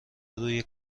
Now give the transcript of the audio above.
روی